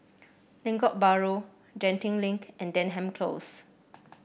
Lengkok Bahru Genting Link and Denham Close